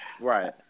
Right